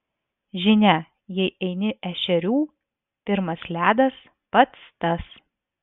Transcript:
žinia jei eini ešerių pirmas ledas pats tas